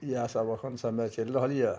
इएहसब एखन सबमे चलि रहल यऽ